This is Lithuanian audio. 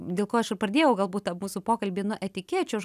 dėl ko aš ir pradėjau galbūt tą mūsų pokalbį nuo etikečių aš